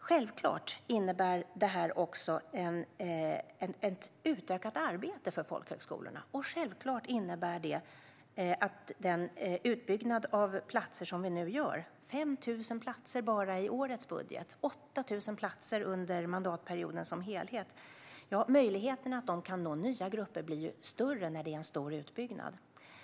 Självklart innebär detta ett utökat arbete för folkhögskolorna. Lika självklart innebär den utbyggnad av platser som vi nu gör, med 5 000 platser bara i årets budget och 8 000 platser under mandatperioden som helhet, att möjligheten att nå nya grupper blir större.